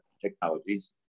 technologies